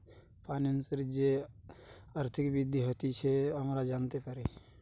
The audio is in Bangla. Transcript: ফাইন্যান্সের যে আর্থিক বৃদ্ধি হতিছে আমরা জানতে পারি